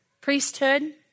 priesthood